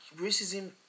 Racism